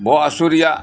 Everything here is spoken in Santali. ᱵᱚᱦᱚᱜ ᱦᱟᱥᱳ ᱨᱮᱭᱟᱜ